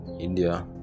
India